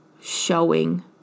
showing